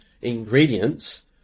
ingredients